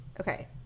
Okay